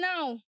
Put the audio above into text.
now